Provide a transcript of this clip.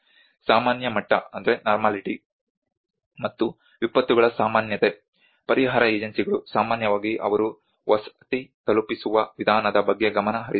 ಸಾಮಾನ್ಯ ಮಟ್ಟ ಮತ್ತು ವಿಪತ್ತುಗಳ ಸಾಮಾನ್ಯತೆ ಪರಿಹಾರ ಏಜೆನ್ಸಿಗಳು ಸಾಮಾನ್ಯವಾಗಿ ಅವರು ವಸತಿ ತಲುಪಿಸುವ ವಿಧಾನದ ಬಗ್ಗೆ ಗಮನ ಹರಿಸುವುದಿಲ್ಲ